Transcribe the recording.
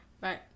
Right